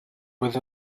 with